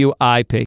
WIP